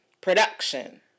Production